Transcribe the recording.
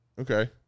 Okay